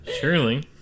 Surely